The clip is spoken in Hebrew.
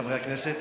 חברי הכנסת,